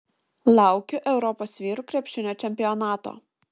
laukiu europos vyrų krepšinio čempionato